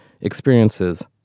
experiences